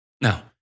Now